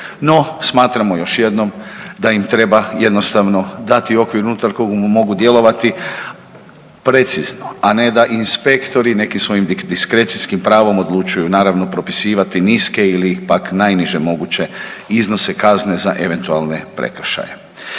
No, smatramo još jednom da im treba jednostavno dati okvir unutar kog mogu djelovati precizno, a ne da inspektori nekim svojim diskrecijskim pravom odlučuju naravno propisivati niske ili pak najniže moguće iznose kazne za eventualne prekršaje.